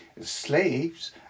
slaves